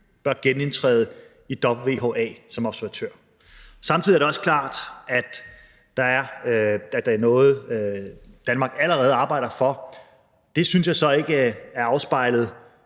bør genindtræde i WHA som observatør. Det er samtidig også klart, at det er noget, som Danmark allerede arbejder for. Det synes jeg så ikke er afspejlet